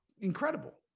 incredible